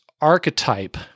archetype